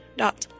dot